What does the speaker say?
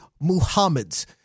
Muhammad's